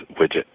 widget